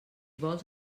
vols